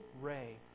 ray